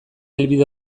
helbide